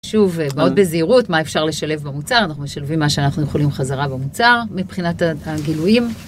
שוב מאוד בזהירות מה אפשר לשלב במוצר. אנחנו משלבים מה שאנחנו יכולים חזרה במוצר, מבחינת הגילויים